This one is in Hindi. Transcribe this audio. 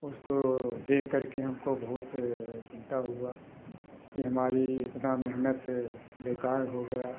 उसको देख कर के हमको बहुत चिंता हुआ कि हमारी इतना मेहनत बेकार हो गया